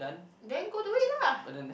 then go do it lah